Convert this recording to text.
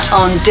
on